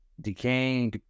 decaying